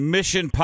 Mission